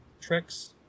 tricks